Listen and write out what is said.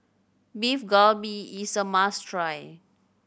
Beef Galbi is a must try